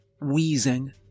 wheezing